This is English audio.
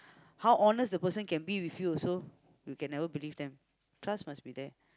how honest the person can be with you also you can never believe them trust must be there